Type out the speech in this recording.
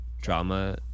drama